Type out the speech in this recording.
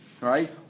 right